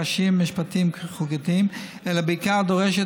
קשיים משפטיים חוקתיים אלא בעיקר דורשת